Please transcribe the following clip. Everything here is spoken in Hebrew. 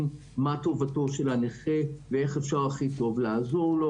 מה טובתו של הנכה ואיך אפשר הכי טוב לעזור לו.